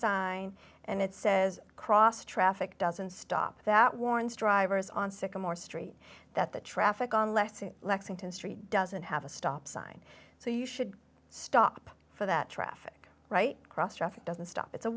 sign and it says cross traffic doesn't stop that warns drivers on sycamore street that the traffic on les in lexington street doesn't have a stop sign so you should stop for that traffic right cross traffic doesn't stop